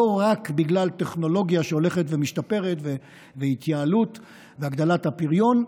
לא רק בגלל טכנולוגיה שהולכת ומשתפרת והתייעלות והגדלת הפריון,